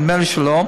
נדמה לי שלא,